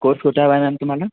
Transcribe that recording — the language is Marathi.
कोर्स कुठला हवा आहे मॅम तुम्हाला